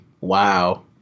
wow